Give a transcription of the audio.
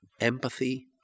empathy